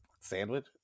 sandwich